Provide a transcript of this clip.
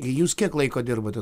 jūs kiek laiko dirbate